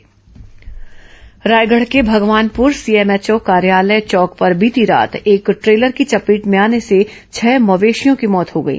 मवेशी मौत रायगढ के भगवानपुर सीएमएचओ कार्यालय चौक पर बीती रात एक ट्रेलर की चपेट में आने से छह मवेशियों की मौत हो गई